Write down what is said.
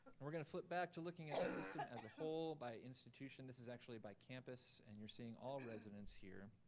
and we're gonna flip back to looking at the system as a whole by institution, this is actually by campus, and you're seeing all residents here.